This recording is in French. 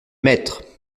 maîtres